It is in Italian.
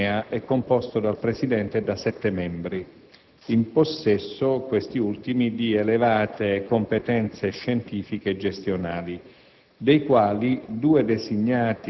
il consiglio d'amministrazione dell'ENEA è composto dal Presidente e da sette membri, in possesso questi ultimi di elevate competenze scientifiche e gestionali,